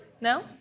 No